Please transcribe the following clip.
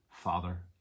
father